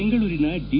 ಬೆಂಗಳೂರಿನ ದಿ